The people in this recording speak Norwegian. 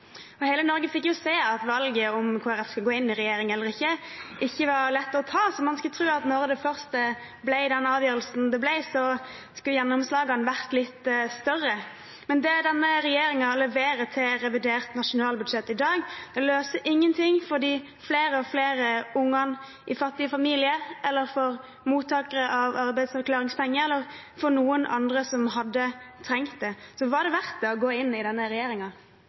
Hele Norge fikk se at valget om hvorvidt Kristelig Folkeparti skulle gå inn i regjering eller ikke, ikke var lett å ta, så man skulle tro at når det først ble den avgjørelsen det ble, skulle gjennomslagene vært litt større. Men det denne regjeringen leverer til revidert nasjonalbudsjett i dag, løser ingenting for de flere og flere barna i fattige familier, for mottakere av arbeidsavklaringspenger eller for andre som hadde trengt det. Var det å gå inn i regjeringen verdt det? Denne